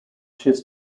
chess